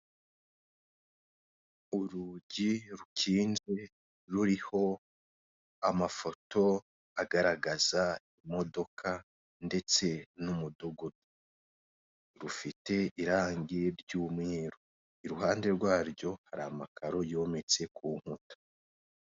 Urugi rukinze ruriho amafoto agaragaza imodoka ndetse n'umudugudu. Rufite irangi ry'umweru iruhande rwaryo hari amakaro yometse ku nkuta.